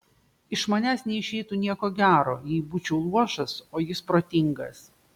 iš manęs neišeitų nieko gero jei būčiau luošas o jis protingas